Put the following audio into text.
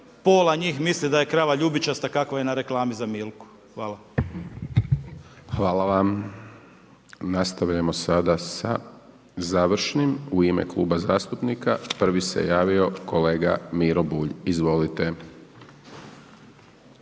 pola njih misli da je krava ljubičasta kako je na reklami za Milku. Hvala. **Hajdaš Dončić, Siniša (SDP)** Hvala vam. Nastavljamo sada sa završnim u ime kluba zastupnika, prvi se javio kolega Miro Bulj, izvolite.